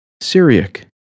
Syriac